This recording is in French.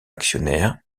actionnaire